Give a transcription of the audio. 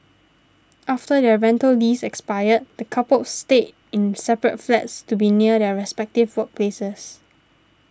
after their rental lease expired the coupled stayed in separate flats to be near their respective workplaces